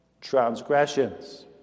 transgressions